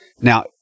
Now